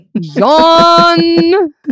Yawn